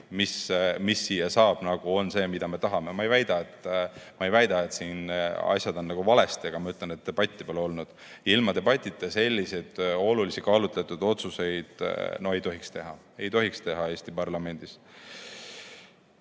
mis siia saab, on see, mida me tahame. Ma ei väida, et siin asjad on valesti, aga ma ütlen, et debatti pole olnud. Ilma debatita selliseid olulisi kaalutletud otsuseid ei tohiks teha. Ei tohiks teha Eesti parlamendis.